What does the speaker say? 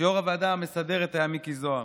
כשיו"ר הוועדה המסדרת היה מיקי זוהר: